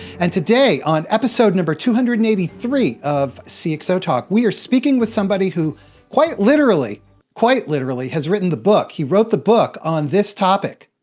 and today, on episode two hundred and eighty three of cxotalk, we are speaking with somebody who quite literally quite literally has written the book. he wrote the book on this topic.